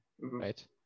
right